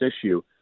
issue